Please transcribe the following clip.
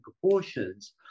proportions